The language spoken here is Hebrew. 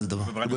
אין כזה דבר היום.